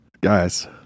Guys